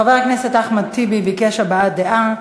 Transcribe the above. חבר הכנסת אחמד טיבי ביקש הבעת דעה.